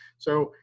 so,